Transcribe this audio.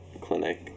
clinic